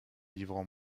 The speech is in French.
livrant